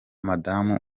madamu